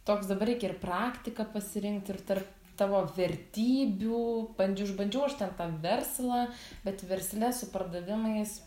toks dabar reikia ir praktiką pasirinkti ir tarp tavo vertybių bandžiau išbandžiau aš ten tą verslą bet versle su pardavimais